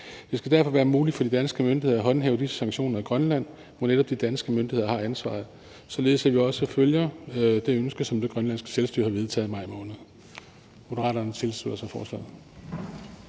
Det skal derfor være muligt for de danske myndigheder at håndhæve de sanktioner i Grønland, hvor netop de danske myndigheder har ansvaret, således at vi også følger det ønske, som det grønlandske selvstyre har vedtaget i maj måned. Moderaterne tilslutter sig forslaget.